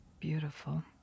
Beautiful